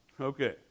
Okay